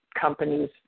companies